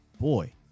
boy